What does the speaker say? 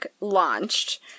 launched